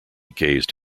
gazed